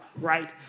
right